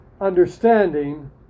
understanding